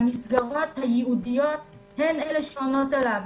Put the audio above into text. והמסגרות הייעודיות הן אלה שעונות עליו.